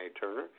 Turner